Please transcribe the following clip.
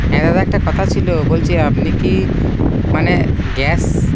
হ্যাঁ দাদা একটা কথা ছিল বলছি আপনি কি মানে গ্যাস